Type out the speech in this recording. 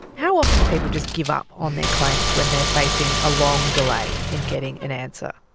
how often do people just give up on their claims when they are facing a long delay in getting an answer?